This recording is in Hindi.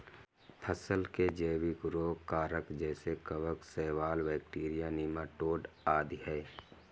फसल के जैविक रोग कारक जैसे कवक, शैवाल, बैक्टीरिया, नीमाटोड आदि है